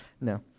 No